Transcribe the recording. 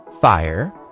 fire